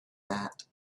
that